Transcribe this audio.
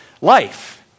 life